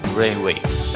railways